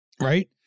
Right